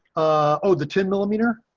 oh, the ten millimeter